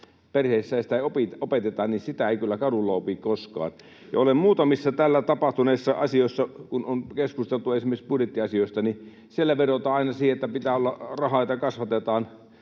perheissä sitä ei opeteta, niin sitä ei kyllä kadulla opi koskaan. Ja olen huomannut muutamissa täällä tapahtuneissa asioissa, kun on keskusteltu esimerkiksi budjettiasioista, että siellä vedotaan aina siihen, että pitää olla rahaa, että kasvatetaan